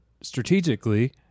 strategically